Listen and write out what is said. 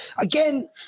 Again